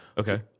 Okay